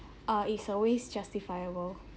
uh is always justifiable